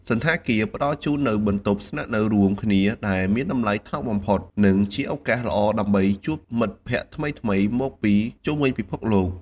សណ្ឋាគារ ផ្តល់ជូននូវបន្ទប់ស្នាក់នៅរួមគ្នា ដែលមានតម្លៃថោកបំផុត និងជាឱកាសដ៏ល្អដើម្បីជួបមិត្តភក្តិថ្មីៗមកពីជុំវិញពិភពលោក។